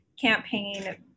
campaign